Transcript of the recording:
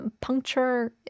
puncture